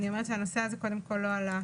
הנושא הזה עד עכשיו לא עלה.